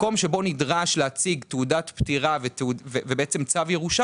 מקום שבו נדרש להציג תעודת פטירה ובעצם צו ירושה